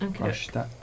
Okay